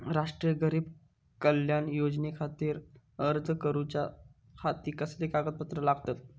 राष्ट्रीय गरीब कल्याण योजनेखातीर अर्ज करूच्या खाती कसली कागदपत्रा लागतत?